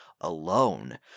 alone